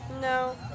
No